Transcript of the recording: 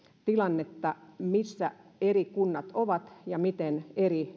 tilannetta missä eri kunnat ovat ja miten eri lapsiryhmiin